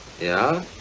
Ja